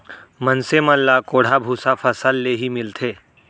मनसे मन ल कोंढ़ा भूसा फसल ले ही मिलथे